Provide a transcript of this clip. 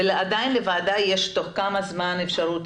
עדיין תוך כמה זמן יש לוועדה אפשרות